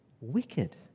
wicked